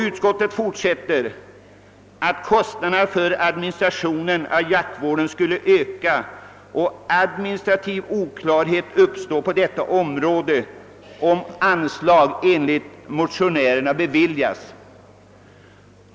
Utskottet framhåller vidare »att kostnaderna för administrationen av jaktvården skulle öka om i motionerna föreslagen ordning infördes». Vidare skulle administrativ oklarhet uppstå på detta område.